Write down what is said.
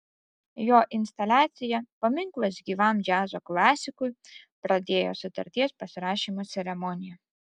jo instaliacija paminklas gyvam džiazo klasikui pradėjo sutarties pasirašymo ceremoniją